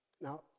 Now